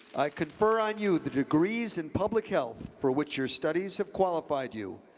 confer on you the degrees in public health for which your studies have qualified you,